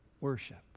worship